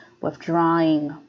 withdrawing